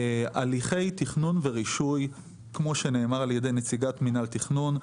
הליכי תכנון ורישוי כפי שנאמר על ידי נציגת מינהל התכנון,